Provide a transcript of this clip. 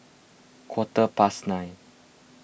quarter past nine